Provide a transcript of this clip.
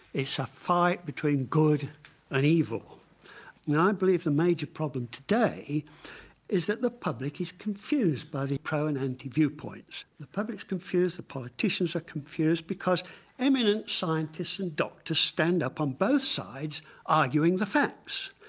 a so fight between good and evil and i believe the major problem today is that the public is confused by the pro and anti viewpoints. the public's confused, the politicians are confused because eminent scientists and doctors stand up on both sides arguing the facts.